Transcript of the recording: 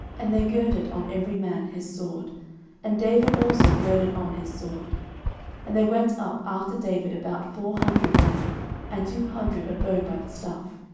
and they girded on every man his sword and david also girded on his sword and there went up after david about four hundred men and two hundred abode by the stuff.